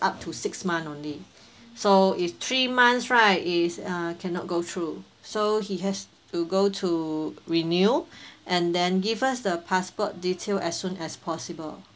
up to six month only so if three months right it's uh cannot go through so he has to go to renew and then give us the passport detail as soon as possible